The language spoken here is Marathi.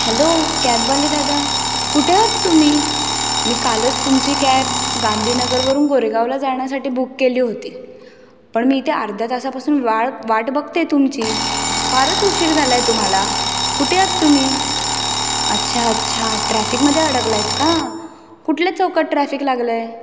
हॅलो कॅबवाले दादा कुठं आहात तुम्ही मी कालच तुमची कॅब गांधी नगरवरून गोरेगावला जाण्यासाठी बुक केली होती पण मी इथे अर्ध्या तासापासून वाड वाट बघते आहे तुमची फारच उशीर झाला आहे तुम्हाला कुठे आहात तुम्ही अच्छा अच्छा ट्राफिकमध्ये अडकला आहात का कुठल्या चौकात ट्राफिक लागलं आहे